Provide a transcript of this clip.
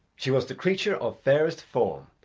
she was the creature of fairest form,